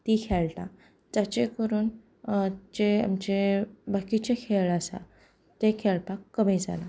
तीं खेळटा जाचे करून जे आमचे बाकीचे खेळ आसा ते खेळपाक कमी जाला